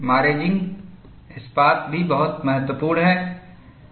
maraging इस्पात भी बहुत महत्वपूर्ण है